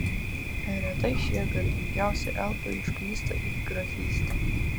retai šie garbingiausi elfai užklysta į grafystę